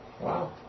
Wow